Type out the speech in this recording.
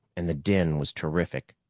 and the din was terrific.